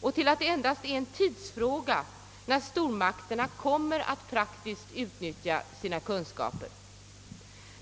och till det förhållandet att det endast är en tidsfråga innan stormakterna kommer att praktiskt utnyttja sina kunskaper.